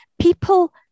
people